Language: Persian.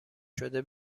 شده